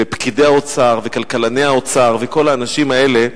בפקידי האוצר ובכלכלני האוצר וכל האנשים האלה,